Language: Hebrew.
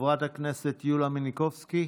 חברת הכנסת יוליה מלינובסקי.